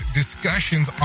discussions